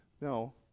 no